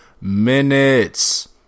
minutes